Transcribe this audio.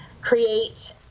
create